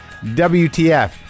WTF